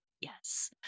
yes